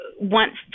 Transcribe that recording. wants